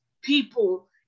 people